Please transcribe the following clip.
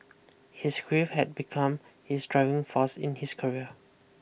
his grief had become his driving force in his career